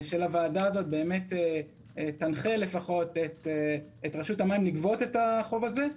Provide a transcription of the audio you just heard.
הוועדה הזאת תנחה לפחות את רשות המים לגבות את החוב הזה,